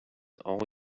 all